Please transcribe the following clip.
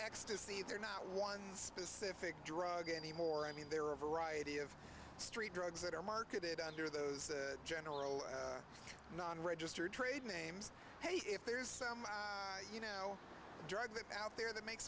ecstasy they're not one specific drug anymore i mean there are a variety of street drugs that are marketed under those general non registered trade names hey if there's some you know drugs that are out there that makes